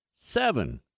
seven